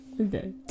Okay